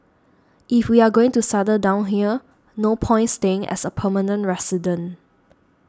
if we are going to settle down here no point staying as a permanent resident